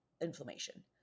inflammation